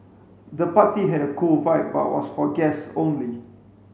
the party had a cool vibe but was for guest only